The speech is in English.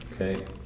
okay